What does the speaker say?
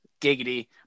giggity